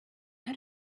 are